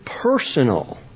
personal